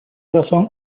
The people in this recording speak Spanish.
razón